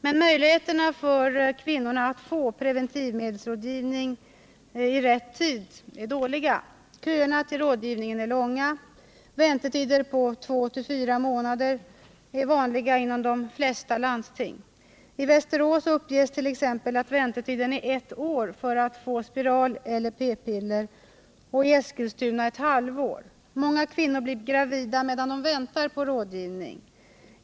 Men möjligheterna för kvinnorna att få preventivmedelsrådgivning i rätt tid är dåliga. Köerna till rådgivningen är långa. Väntetider på två till fyra månader är vanliga inom de flesta landsting. I Västerås uppges det t.ex. att väntetiden är ett år för att få spiral eller p-piller och i Eskilstuna ett halvår. Många kvinnor blir gravida medan de väntar på rådgivning.